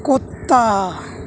کتا